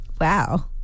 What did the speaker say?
Wow